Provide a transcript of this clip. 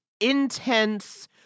intense